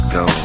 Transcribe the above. go